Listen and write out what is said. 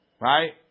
right